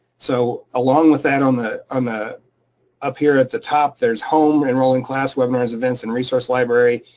so along with that, on the. um ah up here at the top, there's home enrolling class webinars, events in resource library.